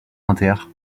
inter